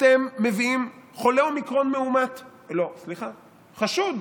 אתם מביאים חולה אומיקרון מאומת, לא, סליחה, חשוד,